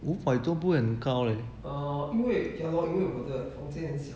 五百多不会很高 leh